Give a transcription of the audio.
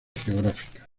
geográficas